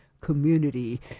community